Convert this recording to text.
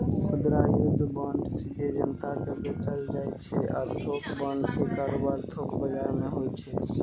खुदरा युद्ध बांड सीधे जनता कें बेचल जाइ छै आ थोक बांड के कारोबार थोक बाजार मे होइ छै